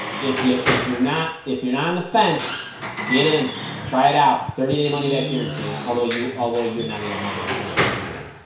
if you if you're not if you're not in the fence get in try it out thirty day money-back guarantee although you although you're not gonna want to return it once you get in